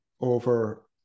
over